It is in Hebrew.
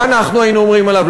מה אנחנו היינו אומרים עליו?